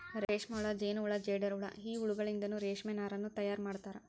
ರೇಷ್ಮೆಹುಳ ಜೇನಹುಳ ಜೇಡರಹುಳ ಈ ಹುಳಗಳಿಂದನು ರೇಷ್ಮೆ ನಾರನ್ನು ತಯಾರ್ ಮಾಡ್ತಾರ